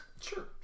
Sure